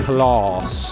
Class